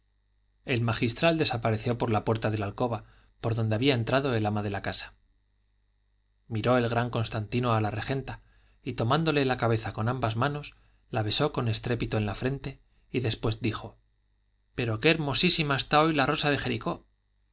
el magistral desapareció por la puerta de la alcoba por donde había entrado el ama de la casa miró el gran constantino a la regenta y tomándole la cabeza con ambas manos la besó con estrépito en la frente y después dijo pero qué hermosísima está hoy esta rosa de jericó